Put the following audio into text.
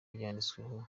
yanditsweho